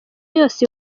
yose